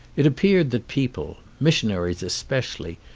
it appeared that people, missionaries especially,